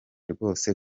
rwose